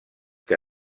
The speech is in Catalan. que